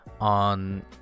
on